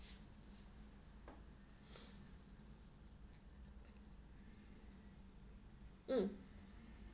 mm